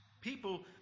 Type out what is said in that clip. people